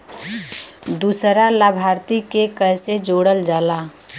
दूसरा लाभार्थी के कैसे जोड़ल जाला?